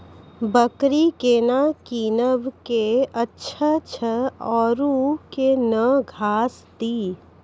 बकरी केना कीनब केअचछ छ औरू के न घास दी?